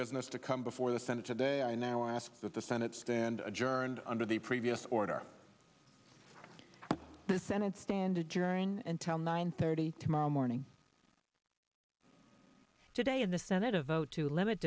business to come before the senate today i now ask that the senate stand adjourned under the previous order the senate standard during intel nine thirty tomorrow morning today in the senate a vote to limit